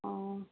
ओ